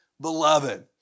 beloved